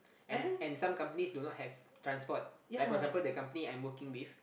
and and some companies do not have transport like for example the company I am working with